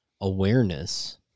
awareness